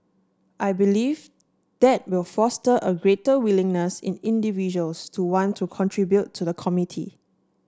I believe that will foster a greater willingness in individuals to want to contribute to the community